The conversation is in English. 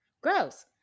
Gross